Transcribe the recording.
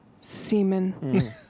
semen